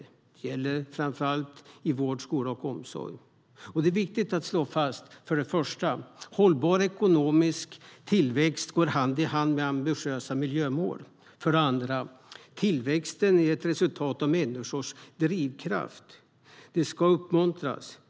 Det gäller framför allt i vård, skola och omsorg. För det första är det viktigt att slå fast att hållbar ekonomisk tillväxt går hand i hand med ambitiösa miljömål. För det andra är tillväxten ett resultat av människors drivkraft; det ska uppmuntras.